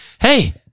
hey